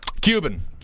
Cuban